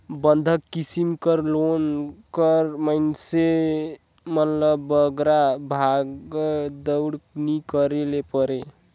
बंधक किसिम कर लोन बर मइनसे मन ल बगरा भागदउड़ नी करे ले परे